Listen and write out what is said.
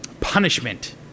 punishment